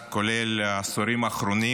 כולל העשורים האחרונים,